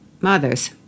mothers